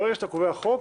ברגע שאתה קובע חוק,